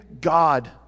God